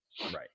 Right